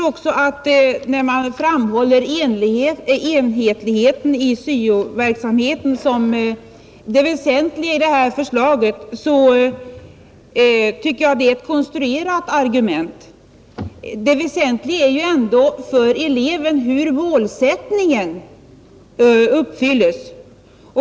Och när man framhåller enhetligheten i syo-verksamheten som det väsentliga i detta förslag, tycker jag att det är ett konstruerat argument. Det väsentliga är ändå för eleven hur målsättningen uppfylles.